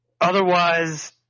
Otherwise